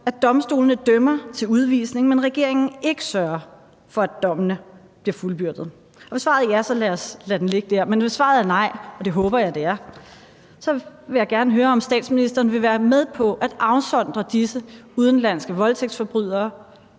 at domstolene dømmer til udvisning, men at regeringen ikke sørger for, at dommene bliver fuldbyrdet. Hvis svaret er ja, så lad os lade den ligge der, men hvis svaret er nej – og det håber jeg at det er – vil jeg som det andet gerne høre, om statsministeren vil være med på at afsondre disse udenlandske voldtægtsforbrydere,